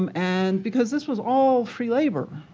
um and because this was all free labor,